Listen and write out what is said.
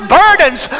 burdens